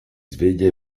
sveglia